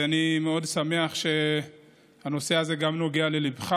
ואני מאוד שמח שהנושא הזה גם נוגע לליבך